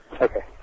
Okay